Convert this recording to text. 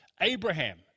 Abraham